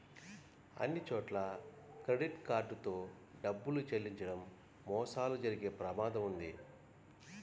అన్నిచోట్లా credit card తో డబ్బులు చెల్లించడం మోసాలు జరిగే ప్రమాదం వుంటది